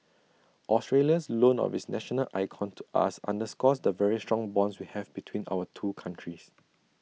Australia's loan of its national icon to us underscores the very strong bonds we have between our two countries